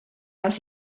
els